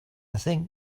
think